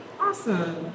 Awesome